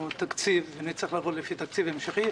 תקציב ונצטרך לעבוד לפי תקציב המשכי,